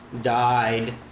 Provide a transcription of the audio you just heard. died